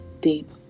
deep